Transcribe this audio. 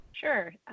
Sure